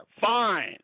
fine